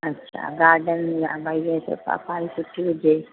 अछा गार्डन या भई सफ़ाई सुठी हुजे